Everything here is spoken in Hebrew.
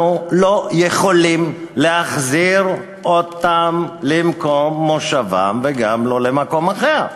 אנחנו לא יכולים להחזיר אותם למקום מושבם וגם לא למקום אחר.